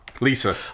Lisa